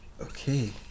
Okay